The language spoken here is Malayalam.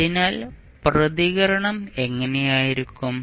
അതിനാൽ പ്രതികരണം എങ്ങനെയായിരിക്കും